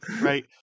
right